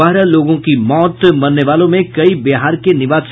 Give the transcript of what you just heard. बारह लोगों की मौत मरने वालों में कई बिहार के निवासी